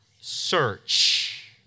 search